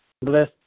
Bless